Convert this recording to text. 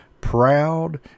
proud